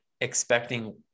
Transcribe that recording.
expecting